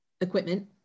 equipment